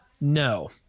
No